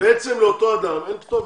בעצם לאותו אדם אין כתובת.